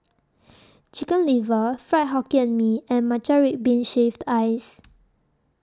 Chicken Liver Fried Hokkien Mee and Matcha Red Bean Shaved Ice